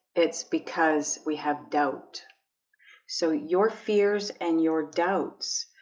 it's because we have doubt so your fears and your doubts?